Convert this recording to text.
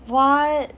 what